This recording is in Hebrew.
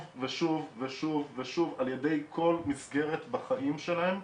ושוב ושוב על ידי כל מסגרת בחיים שלהם,